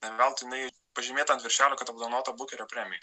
ne veltui jinai pažymėta ant viršelio kad apdovanota bukerio premija